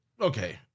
Okay